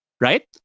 Right